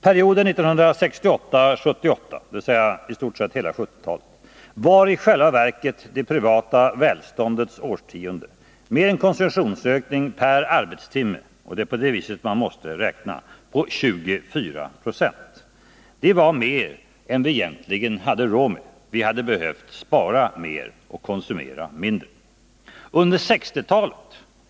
Perioden 1968-1978, dvs. i stort sett hela 1970-talet, var i själva verket det privata välståndets årtionde, med en konsumtionsökning per arbetstimme — det är på det viset man måste räkna — på 24 26. Det var mer än vi egentligen hade råd med. Vi hade behövt spara mer och konsumera mindre. Under 1960-talet.